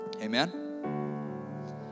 Amen